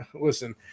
listen